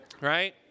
Right